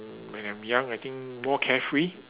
when I'm young I think more carefree